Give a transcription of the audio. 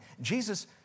Jesus